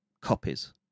copies